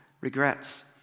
regrets